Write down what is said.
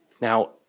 Now